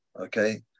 okay